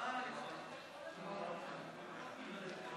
גפני (יו"ר ועדת הכספים):